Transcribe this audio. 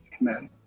Amen